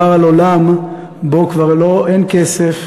ב"מסע בין כוכבים" מדובר על עולם שבו כבר אין כסף,